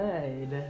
good